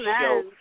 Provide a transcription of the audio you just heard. show